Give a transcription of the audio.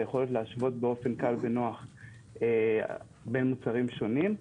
היכולת להשוות באופן קל ונוח בין מוצרים שונים.